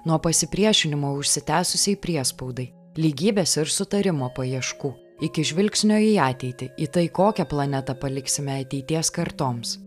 nuo pasipriešinimo užsitęsusiai priespaudai lygybės ir sutarimo paieškų iki žvilgsnio į ateitį į tai kokią planetą paliksime ateities kartoms